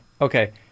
Okay